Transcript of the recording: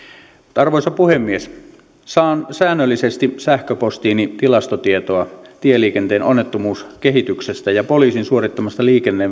arvoisa puhemies saan säännöllisesti sähköpostiini tilastotietoa tieliikenteen onnettomuuskehityksestä ja poliisin suorittamasta